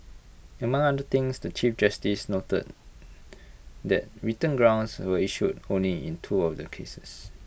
among other things the chief justice noted that written grounds were issued only in two of the cases